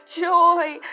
joy